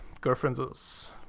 girlfriend's